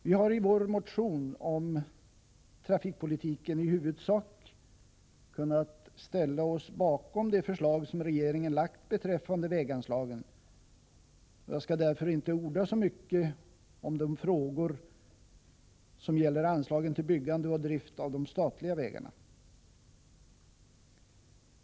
Vi har i vår motion om trafikpolitiken i huvudsak kunnat ställa oss bakom de förslag som regeringen har lagt fram beträffande väganslagen, och jag skall därför inte orda så mycket om de frågor som gäller anslagen till byggande och drift av de statliga vägarna.